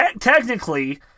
technically